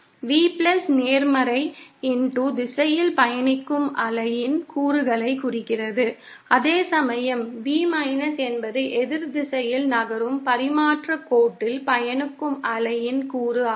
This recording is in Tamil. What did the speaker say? V நேர்மறை x திசையில் பயணிக்கும் அலையின் கூறுகளைக் குறிக்கிறது அதேசமயம் V என்பது எதிர் திசையில் நகரும் பரிமாற்றக் கோட்டில் பயணிக்கும் அலையின் கூறு ஆகும்